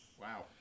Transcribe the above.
Wow